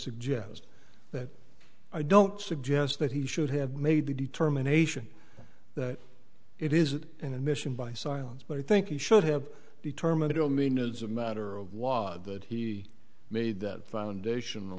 suggest that i don't suggest that he should have made the determination that it is an admission by silence but i think he should have determined it will mean as a matter of law that he made that foundation